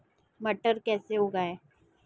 मटर कैसे उगाएं?